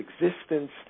existence